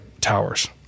towers